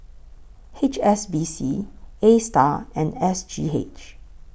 H S B C ASTAR and S G H